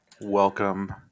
welcome